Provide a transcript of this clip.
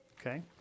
Okay